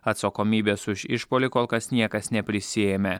atsakomybės už išpuolį kol kas niekas neprisiėmė